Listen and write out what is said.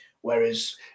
whereas